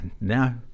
no